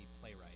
playwright